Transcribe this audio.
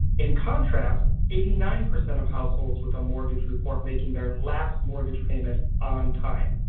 in contrast eighty nine percent of households with a mortgage report making their last mortgage payment on time.